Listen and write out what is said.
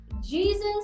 jesus